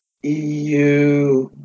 EU